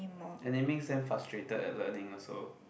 and it makes them frustrated at learning also